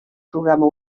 programa